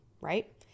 right